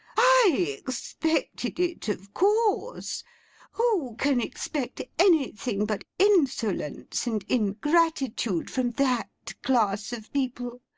i expected it, of course who can expect anything but insolence and ingratitude from that class of people!